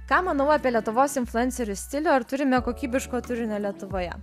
ką manau apie lietuvos influencerių stilių ar turime kokybiško turinio lietuvoje